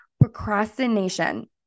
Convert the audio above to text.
procrastination